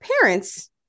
parents